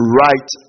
right